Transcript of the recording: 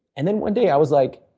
and then one day i was like,